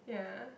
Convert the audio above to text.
yeah